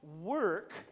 work